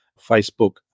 Facebook